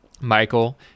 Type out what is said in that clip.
Michael